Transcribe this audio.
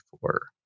four